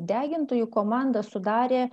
degintojų komandą sudarė